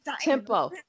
Tempo